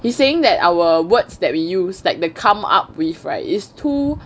he saying that our words that we use like the come up with right is too